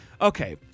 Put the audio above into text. Okay